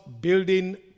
Building